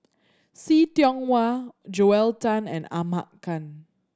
See Tiong Wah Joel Tan and Ahmad Khan